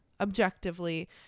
objectively